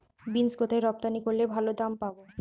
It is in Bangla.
বিন্স কোথায় রপ্তানি করলে ভালো দাম পাব?